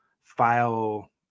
file